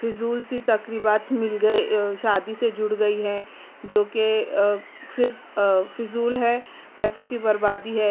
فضول سی تقریبات مل گئے شادی سے جڑ گئی ہیں جو کہ صرف فضول ہے پیسوں کی بربادی ہے